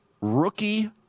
rookie